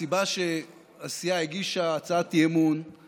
הסיבה שהסיעה הגישה הצעת אי-אמון היא